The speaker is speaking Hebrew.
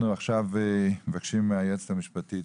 אנחנו עכשיו מבקשים מהיועצת המשפטית,